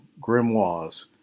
grimoires